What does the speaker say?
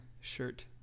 shirt